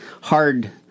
hard